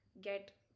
get